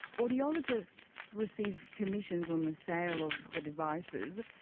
audiologists receive commissions on the sale of the devices.